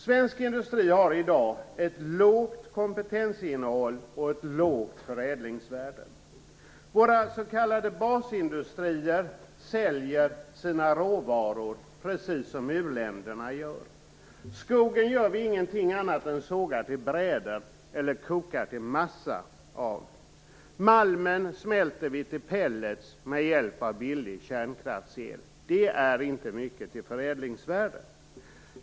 Svensk industri har i dag ett lågt kompetensinnehåll och ett lågt förädlingsvärde. Våra s.k. basindustrier säljer sina råvaror precis som u-länderna gör. Av skogen gör vi ingenting annat än sågar till brädor eller kokar massa. Malmen smälter vi till pellets med hjälp av billig kärnkraftsel. Det är inte mycket till förädlingsvärde.